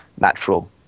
natural